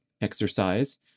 exercise